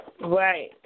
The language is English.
Right